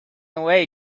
away